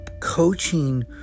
Coaching